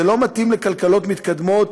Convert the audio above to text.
זה לא מתאים לכלכלות מתקדמות,